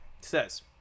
says